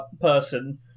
person